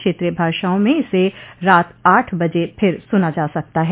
क्षेत्रीय भाषाओं में इसे रात आठ बजे फिर सुना जा सकता है